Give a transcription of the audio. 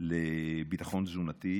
המועצה לביטחון תזונתי.